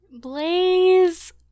Blaze